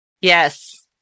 yes